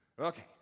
Okay